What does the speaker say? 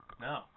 no